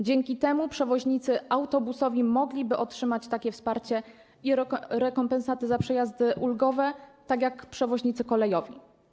Dzięki temu przewoźnicy autobusowi mogliby otrzymać takie wsparcie i rekompensaty za przejazdy ulgowe jak przewoźnicy kolejowi.